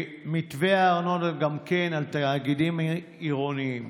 מתווה הארנונה, גם כן על תאגידים עירוניים.